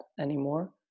anymore